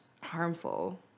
harmful